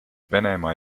venemaa